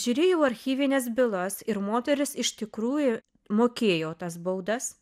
žiūrėjau archyvines bylas ir moterys iš tikrųjų mokėjo tas baudas